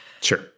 Sure